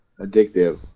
addictive